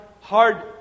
hard